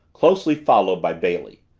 closely followed by bailey.